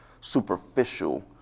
superficial